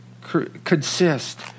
consist